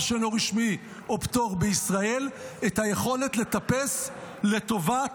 שאינו רשמי או פטור את היכולת לטפס לטובת